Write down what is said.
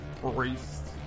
priest